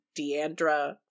deandra